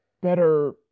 Better